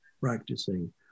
practicing